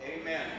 amen